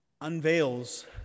unveils